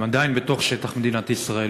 הם עדיין בתוך שטח מדינת ישראל.